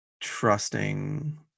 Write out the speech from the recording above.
trusting